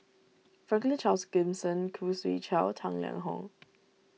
Franklin Charles Gimson Khoo Swee Chiow Tang Liang Hong